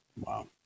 wow